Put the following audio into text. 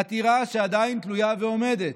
עתירה שעדיין תלויה ועומדת,